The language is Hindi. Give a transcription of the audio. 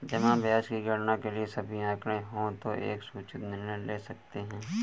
जमा ब्याज की गणना के लिए सभी आंकड़े हों तो एक सूचित निर्णय ले सकते हैं